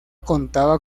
contaba